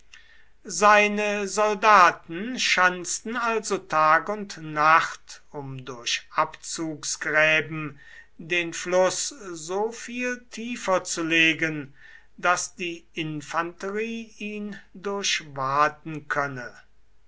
seine soldaten schanzten also tag und nacht um durch abzugsgräben den fluß so viel tiefer zu legen daß die infanterie ihn durchwaten könne